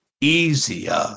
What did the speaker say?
easier